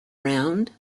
round